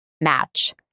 match